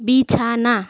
বিছানা